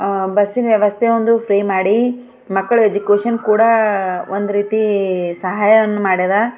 ಬಸ್ಸಿನ ವ್ಯವಸ್ಥೆಯೊಂದು ಫ್ರೀ ಮಾಡಿ ಮಕ್ಕಳ ಎಜುಕೋಶನ್ ಕೂಡ ಒಂದು ರೀತಿ ಸಹಾಯವನ್ನ ಮಾಡ್ಯದ